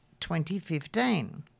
2015